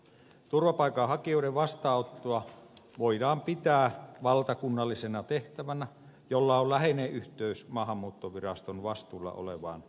turvapaikanhakijoiden vastaanottoa voidaan pitää valtakunnallisena tehtävänä jolla on läheinen yhteys maahanmuuttoviraston vastuulla olevaan turvapaikkapäätöksentekoon